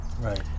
Right